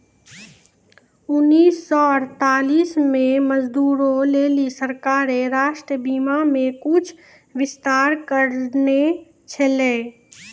उन्नीस सौ अड़तालीस मे मजदूरो लेली सरकारें राष्ट्रीय बीमा मे कुछु विस्तार करने छलै